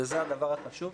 וזה הדבר החשוב,